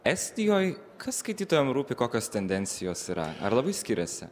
estijoj kas skaitytojam rūpi kokios tendencijos yra ar labai skiriasi